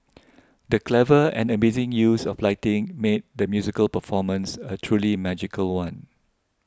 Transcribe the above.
the clever and amazing use of lighting made the musical performance a truly magical one